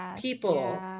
people